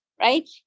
right